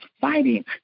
fighting